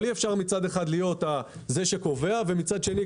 אבל אי-אפשר מצד אחד להיות זה שקובע ומצד שני,